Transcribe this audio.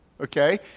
okay